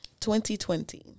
2020